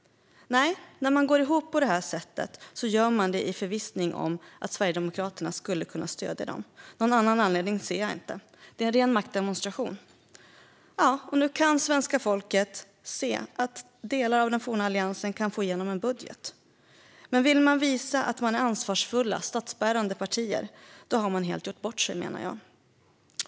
Nej, när man går ihop på detta sätt gör man det i förvissning om att Sverigedemokraterna skulle kunna stödja dem. Någon annan anledning ser jag inte. Det är en ren maktdemonstration. Nu kan svenska folket visserligen se att delar av den forna Alliansen kan få igenom en budget, men ville de visa att de är ansvarsfulla, statsbärande partier har de helt gjort bort sig.